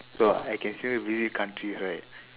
so I can still visit countries right